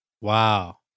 Wow